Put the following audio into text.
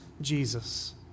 Jesus